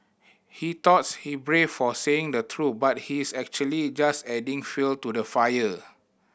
he thoughts he brave for saying the truth but he is actually just adding fuel to the fire